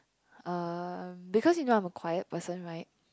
um because you know I'm a quiet person right